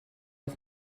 auf